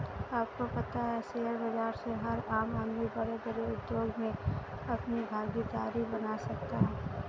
आपको पता है शेयर बाज़ार से हर आम आदमी बडे़ बडे़ उद्योग मे अपनी भागिदारी बना सकता है?